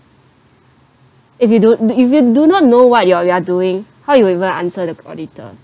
if you do if you do not know what you're you are doing how you'll even answer the auditor